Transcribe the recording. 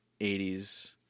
80s